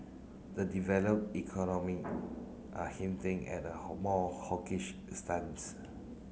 the develop economy are hinting at a more hawkish stance